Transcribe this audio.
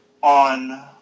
on